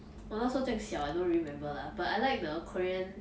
我那时候这样小 I don't really remember lah but I like the korean